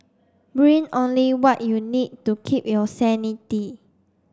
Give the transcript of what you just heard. bring only what you need to keep your sanity